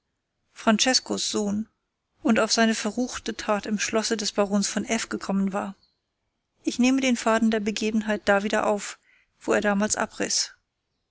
franceskos sohn und auf seine verruchte tat im schlosse des barons von f gekommen war ich nehme den faden der begebenheit da wieder auf wo er damals abriß